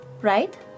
right